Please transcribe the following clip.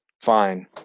Fine